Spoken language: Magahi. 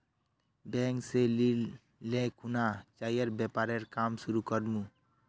बैंक स ऋण ले खुना चाइर व्यापारेर काम शुरू कर मु